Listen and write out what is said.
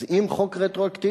אז אם חוק רטרואקטיבי,